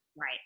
Right